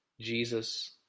Jesus